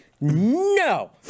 No